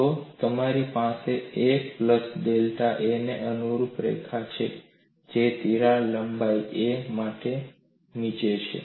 તો તમારી પાસે a plus delta a ને અનુરૂપ રેખા છે જે તિરાડ લંબાઈ a માટે નીચે છે